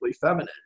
feminine